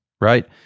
right